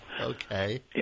Okay